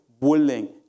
willing